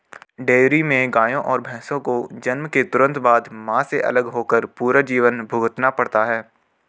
dairy में गायों और भैंसों को जन्म के तुरंत बाद, मां से अलग होकर पूरा जीवन भुगतना पड़ता है